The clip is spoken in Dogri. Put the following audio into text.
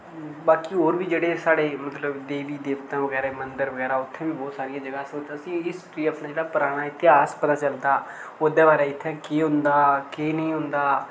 बाकी और बी जेह्ड़े साढ़े मतलब देवी देवता बगैरा मंदर बगैरा उत्थेै बी बहुत सारियां जगह अस उत्थै उसी हिस्ट्री अपना जेह्ड़ा पराना इतिहास पता चलदा उंदे बारे इत्थै केह् होंदा केह् निं होंदा